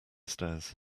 stairs